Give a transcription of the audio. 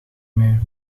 mee